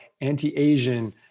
anti-Asian